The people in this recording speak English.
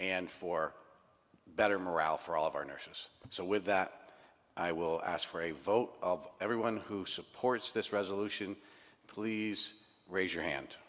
and for better morale for all of our nurses so with that i will ask for a vote of everyone who supports this resolution please raise your hand